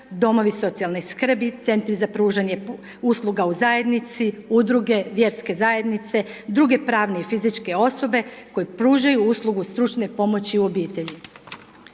Domovi socijalne skrbi, Centri za pružanje usluga u zajednici, Udruge, vjerske zajednice, druge pravne i fizičke osobe koji pružaju uslugu stručne pomoći u obitelji.